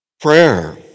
Prayer